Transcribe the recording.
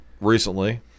recently